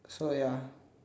so ya